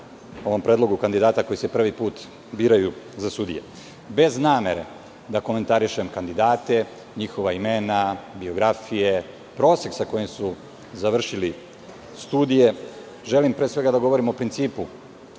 o predlogu kandidata koji se prvi put biraju za sudije. Bez namere da komentarišem kandidate, njihova imena, biografije, prosek sa kojim su završili studije, želim pre svega da govorim o principu